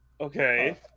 okay